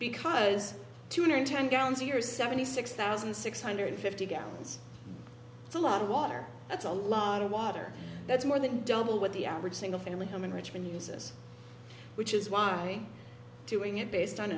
because two hundred ten gallons a year is seventy six thousand six hundred fifty gallons it's a lot of water that's a lot of water that's more than double what the average single family home in richmond uses which is why doing it based on